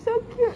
so cute